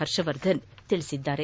ಹರ್ಷವರ್ಧನ್ ಹೇಳಿದ್ದಾರೆ